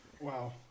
Wow